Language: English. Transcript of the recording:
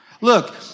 Look